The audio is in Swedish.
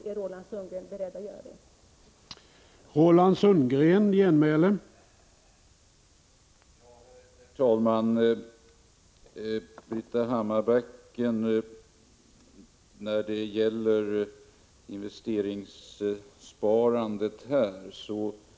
Är Roland Sundgren beredd att anlägga ett sådant perspektiv?